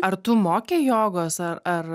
ar tu mokei jogos ar ar